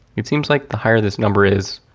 it seems like the higher this number is,